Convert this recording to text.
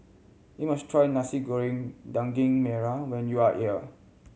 you must try Nasi Goreng Daging Merah when you are here